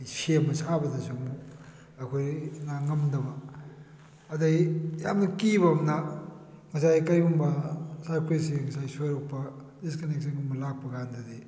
ꯁꯦꯝꯕ ꯁꯥꯕꯗꯁꯨ ꯑꯩꯈꯣꯏꯒꯤ ꯉꯝꯗꯕ ꯑꯗꯨꯗꯒꯤ ꯌꯥꯝꯅ ꯀꯤꯕ ꯑꯃꯅ ꯉꯁꯥꯏ ꯀꯔꯤꯒꯨꯝꯕ ꯁꯥꯔꯀꯨꯏꯇꯁꯤ ꯉꯁꯥꯏ ꯁꯣꯏꯔꯛꯄ ꯗꯤꯁꯀꯅꯦꯛꯁꯟꯒꯨꯝꯕ ꯂꯥꯛꯄ ꯀꯥꯟꯗꯗꯤ